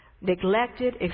neglected